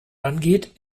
angeht